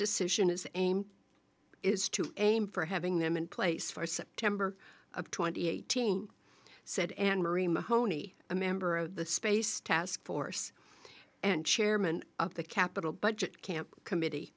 decision as an aim is to aim for having them in place for september of twenty eighteen said anne marie mahoney a member of the space task force and chairman of the capital budget camp committee